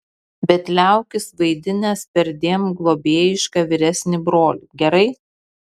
bet liaukis vaidinęs perdėm globėjišką vyresnį brolį gerai